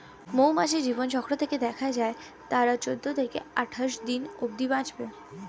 মৌমাছির জীবনচক্র থেকে দেখা যায় তারা চৌদ্দ থেকে আটাশ দিন অব্ধি বাঁচে